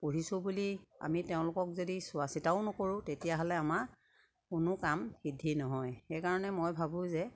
পুহিছোঁ বুলি আমি তেওঁলোকক যদি চোৱা চিতাও নকৰোঁ তেতিয়াহ'লে আমাৰ কোনো কাম সিদ্ধি নহয় সেইকাৰণে মই ভাবোঁ যে